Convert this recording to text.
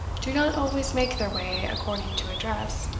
do not always make their way according to address,